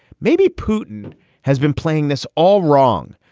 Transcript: maybe putin has been playing this all wrong.